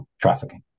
trafficking